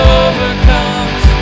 overcomes